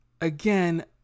Again